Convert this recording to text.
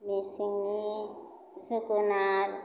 मेसेंनि जोगोनार